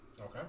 Okay